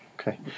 Okay